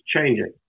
changing